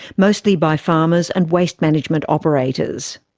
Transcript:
mostly by farmers and waste management operators.